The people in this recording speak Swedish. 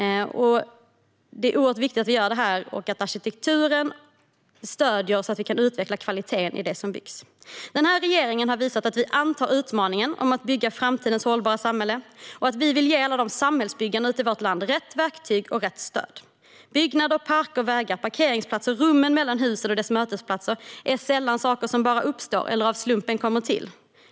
Det är oerhört viktigt att vi gör det här och att arkitekturen är ett stöd i utvecklingen av kvaliteten i det som byggs. Den här regeringen har visat att vi antar utmaningen att bygga framtidens hållbara samhälle och att vi vill ge samhällsbyggarna i vårt land rätt verktyg och rätt stöd. Byggnader, parker, vägar, parkeringsplatser, rummen mellan husen och dess mötesplatser är sällan saker som bara uppstår eller kommer till av en slump.